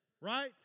right